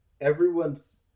everyone's